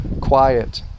quiet